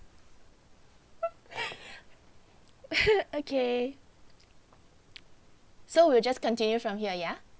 okay so we'll just continue from here ya